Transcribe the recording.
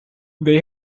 they